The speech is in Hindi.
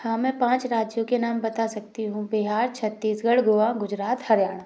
हाँ मैं पाँच राज्यों के नाम बता सकती हूँ बिहार छत्तीसगढ़ गोवा गुजरात हरियाणा